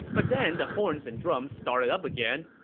but then the horns and drums started up again.